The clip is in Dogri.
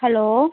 हैलो